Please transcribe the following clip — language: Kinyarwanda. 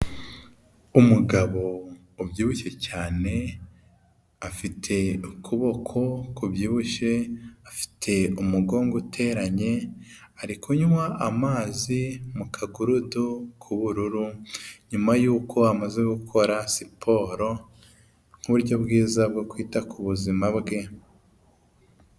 Umugabo ubyibushye cyane afite ukuboko kubyibushye, afite umugongo uteranye ari kunywa amazi mu kagurude k'ubururu, nyuma yuko amaze gukora siporo nk'uburyo bwiza bwo kwita ku buzima bwe.